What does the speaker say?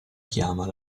chiama